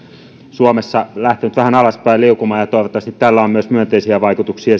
suomessa lähtenyt vähän alaspäin liukumaan ja toivottavasti tällä on myönteisiä vaikutuksia